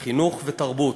חינוך ותרבות".